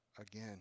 again